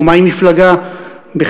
ומהי מפלגה בכלל.